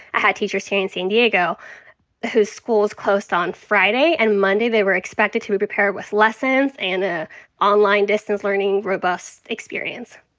i had teachers here in san diego whose school was closed on friday. and monday they were expected to be prepared with lessons and a online distance learning robust experience.